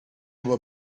were